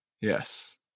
Yes